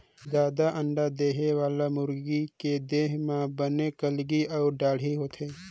जादा अंडा देहे वाला मुरगी के देह म बने कलंगी अउ दाड़ी होथे